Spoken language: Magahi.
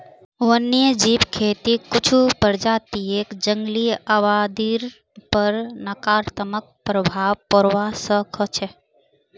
वन्यजीव खेतीक कुछू प्रजातियक जंगली आबादीर पर नकारात्मक प्रभाव पोड़वा स ख छ